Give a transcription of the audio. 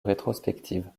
rétrospective